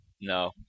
No